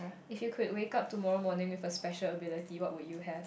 if you could wake up tomorrow morning with a special ability what would you have